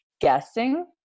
guessing